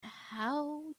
how